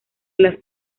las